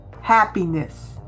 happiness